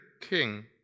king